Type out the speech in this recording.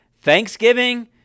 Thanksgiving